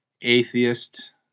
atheist